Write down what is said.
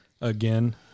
Again